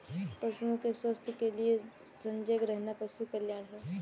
पशुओं के स्वास्थ्य के लिए सजग रहना पशु कल्याण है